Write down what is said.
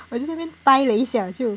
我在那边呆了一下就